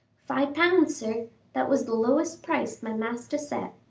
five pounds, sir that was the lowest price my master set.